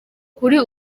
kuri